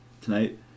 tonight